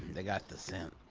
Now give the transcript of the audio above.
they got the scent.